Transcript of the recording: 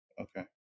Okay